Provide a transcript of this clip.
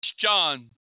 John